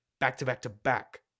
back-to-back-to-back